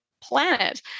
planet